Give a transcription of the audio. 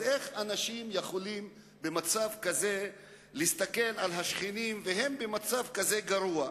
אז איך אנשים יכולים במצב כזה להסתכל על השכנים והם במצב כזה גרוע?